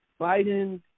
Biden